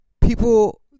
People